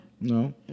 No